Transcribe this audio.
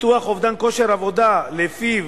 ביטוח אובדן כושר עבודה שלפיו